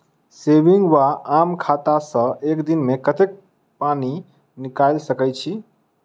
Saving वा आम खाता सँ एक दिनमे कतेक पानि निकाइल सकैत छी?